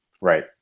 Right